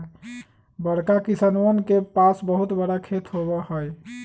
बड़का किसनवन के पास बहुत बड़ा खेत होबा हई